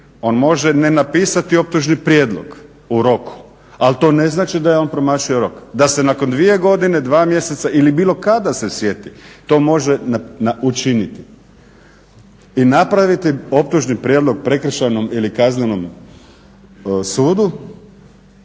on može ne napisati optužni prijedlog u roku ali to ne znači da je on promašio rok, da se nakon dvije godine, dva mjeseca ili bilo kada se sjeti, to može učiniti i napraviti optužni prijedlog prekršajnom ili kaznenom sudu